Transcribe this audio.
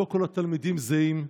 לא כל התלמידים זהים,